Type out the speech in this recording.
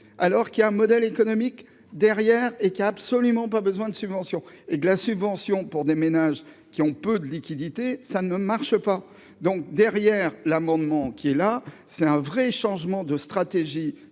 alors qu'il y a un modèle économique derrière et qui a absolument pas besoin de subventions et de la subvention pour des ménages qui ont peu de liquidités, ça ne marche pas, donc derrière l'amendement qui est là, c'est un vrai changement de stratégie